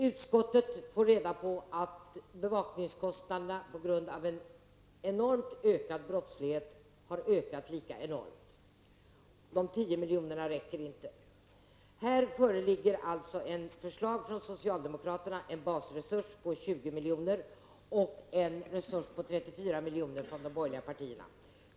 Utskottet har fått reda på att bevakningskostnaderna på grund av en enormt ökad brottslighet har ökat lika enormt. De 10 miljonerna räcker inte. Här föreligger ett förslag från socialdemokraterna om en basresurs på 20 miljoner och ett förslag från de borgerliga partierna om en resurs på 34 miljoner.